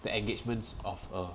the engagements of a